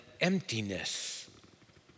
emptiness